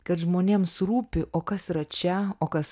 kad žmonėms rūpi o kas yra čia o kas